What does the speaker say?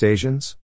Asians